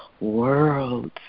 worlds